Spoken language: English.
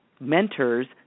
mentors